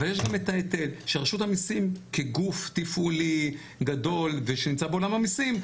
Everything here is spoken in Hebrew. אבל יש גם את ההיטל שרשות המיסים כגוף תפעולי גדול ושנמצא בעולם המיסים,